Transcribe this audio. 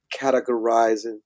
categorizing